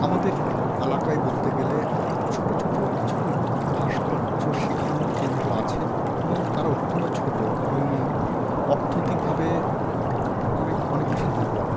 আমাদের এলাকায় বলতে গেলে ছোট ছোট কিছু ভাস্কর্য শেখানোর কেন্দ্র আছে এবং তারা অত্যন্ত ছোট এবং অত্থনৈতিকভাবে অনেক অনেক বেশি দুর্বল